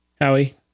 Howie